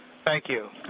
thank you.